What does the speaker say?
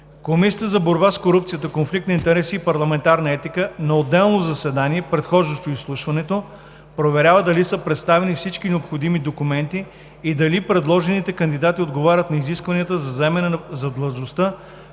Комисията за борба с корупцията, конфликт на интереси и парламентарна етика на отделно заседание, предхождащо изслушването, проверява дали са представени всички необходими документи и дали предложените кандидати отговарят на изискванията за заемане на длъжността